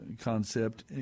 concept